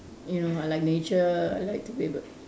you know I like nature I like to be able